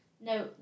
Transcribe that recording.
no